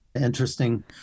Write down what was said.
interesting